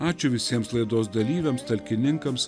ačiū visiems laidos dalyviams talkininkams